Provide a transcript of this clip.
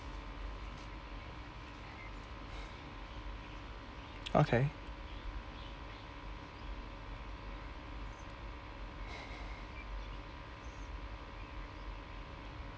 okay